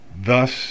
thus